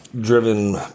driven